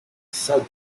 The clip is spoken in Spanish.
paysandú